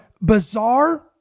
bizarre